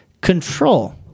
control